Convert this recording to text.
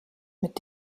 mit